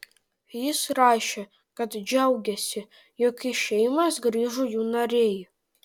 jis rašė kad džiaugiasi jog į šeimas grįžo jų nariai